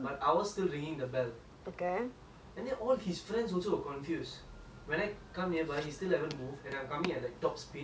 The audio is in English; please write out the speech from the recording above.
and they all his friends also were confused when I come nearby he still haven't moved and I'm coming at like top speed they were like shouting !oi! !oi! !oi! !oi! !oi!